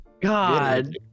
God